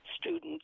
students